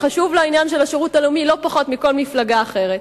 חשוב לו העניין של השירות הלאומי לא פחות מלכל מפלגה אחרת,